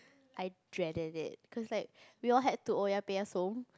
I dreaded it cause like we all had to orh-ya-pek-ya-som